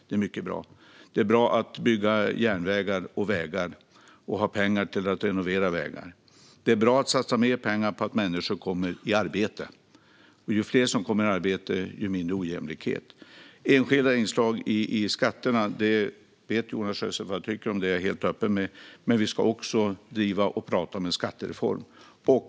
Det är bra att bygga järnvägar och vägar och att ha pengar till att renovera vägarna. Det är bra att satsa mer pengar på att människor kommer i arbete. Ju fler som kommer i arbete, desto mindre ojämlikhet. Enskilda inslag i skatterna vet Jonas Sjöstedt vad jag tycker om. Det är jag helt öppen med. Men vi ska också prata om en skattereform.